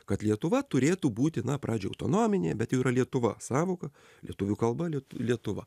kad lietuva turėtų būti na pradžioj autonominė bet jau yra lietuva sąvoka lietuvių kalba lietuva